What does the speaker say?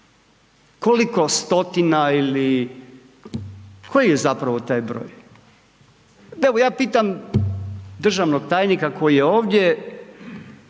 koliko stotina ili koji je zapravo taj broj. Evo ja pitam državnog tajnika koji je ovdje,